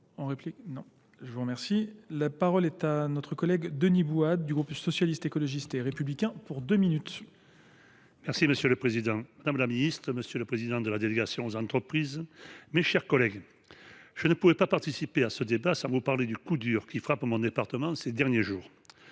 pour améliorer La parole est est à Denis Bouad du groupe socialiste, écologiste et républicain pour deux minutes. Merci Monsieur le Président, Madame la Ministre, Monsieur le Président de la délégation aux entreprises, mes chers collègues. Je ne pouvais pas participer à ce débat sans vous parler du coup dur qui frappe mon département ces derniers jours.